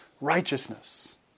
righteousness